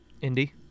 Indy